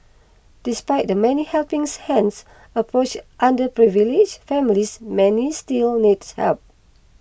despite the many helping hands approach underprivileged families many still need help